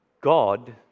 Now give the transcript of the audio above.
God